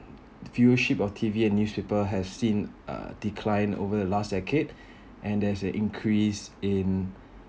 viewership of T_V and newspaper has seen uh decline over the last decade and there's a increase in